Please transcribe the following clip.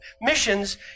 Missions